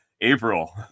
April